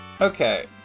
Okay